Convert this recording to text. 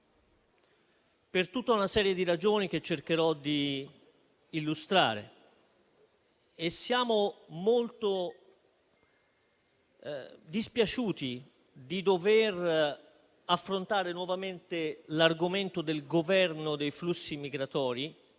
per tutta una serie di ragioni che cercherò di illustrare. Siamo molto dispiaciuti di dover affrontare nuovamente l'argomento del governo dei flussi migratori